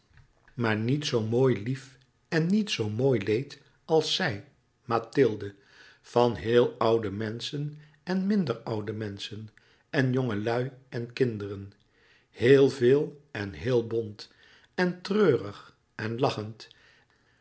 maar niet zoo mooi lief en niet zoo mooi leed als zij mathilde van heel oude menschen en minder oude menschen en jongelui en kinderen heel veel en heel bont en treurig en lachend